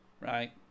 right